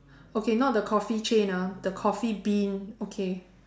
okay not the coffee chain ah the coffee bean okay